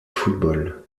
football